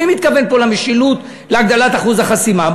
מי מתכוון פה למשילות, להגדלת אחוז החסימה?